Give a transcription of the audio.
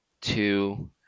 two